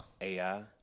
AI